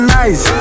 nice